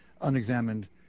unexamined